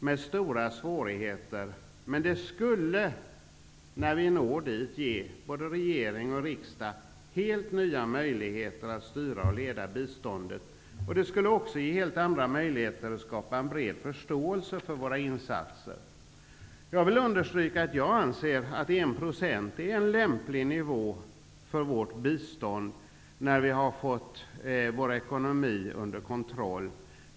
Svårigheterna är stora. Men det skulle -- när vi når så långt -- ge både regering och riksdag helt nya möjligheter att styra och leda biståndet. Det skulle också ge helt andra möjligheter när det gäller att skapa en bred förståelse för våra insatser. Jag vill understryka att jag anser att 1 % är en lämplig nivå för vårt bistånd när vi väl har vår ekonomi under kontroll.